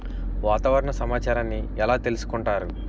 వాతావరణ సమాచారాన్ని ఎలా తెలుసుకుంటారు?